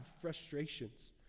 frustrations